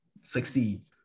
succeed